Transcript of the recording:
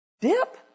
Dip